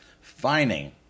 fining